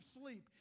sleep